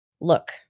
look